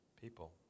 people